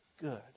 good